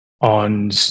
on